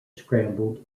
scrambled